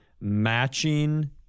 matching